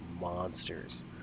monsters